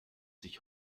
sich